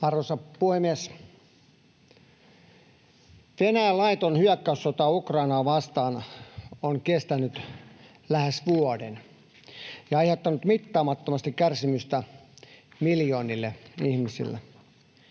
Arvoisa puhemies! Venäjän laiton hyökkäyssota Ukrainaa vastaan on kestänyt lähes vuoden ja aiheuttanut mittaamattomasti kärsimystä miljoonille ihmisille.